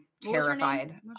terrified